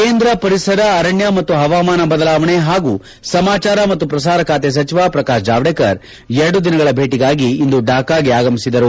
ಕೇಂದ ಪರಿಸರ ಅರಣ್ಯ ಮತ್ತು ಹವಾಮಾನ ಬದಲಾವಣೆ ಹಾಗೂ ಸಮಾಚಾರ ಮತ್ತು ಪ್ರಸಾರ ಖಾತೆ ಸಚಿವ ಪ್ರಕಾಶ್ ಜಾವಡೇಕರ್ ಎರಡು ದಿನಗಳ ಭೇಟಿಗಾಗಿ ಇಂದು ಢಾಕಾಗೆ ಆಗಮಿಸಿದರು